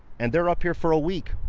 and they're up here for a week,